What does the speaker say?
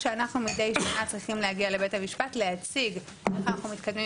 כשאנחנו מדי שנה צריכים להגיע לבית המשפט להציג איך אנחנו מתקדמים